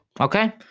Okay